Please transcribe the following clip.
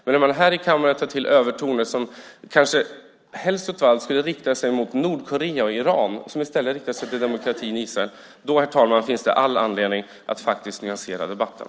Men när man i kammaren tar till övertoner som kanske helst av allt borde riktas mot Nordkorea och Iran och i stället använder dem mot demokratin Israel finns det, herr talman, all anledning att nyansera debatten.